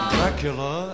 Dracula